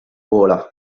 vola